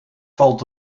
valt